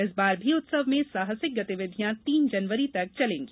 इस बार भी उत्सव में साहसिक गतिविधियां तीन जनवरी तक चलेंगी